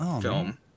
film